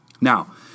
Now